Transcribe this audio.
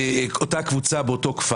אם אתה רוצה תפיסה כוללת, יש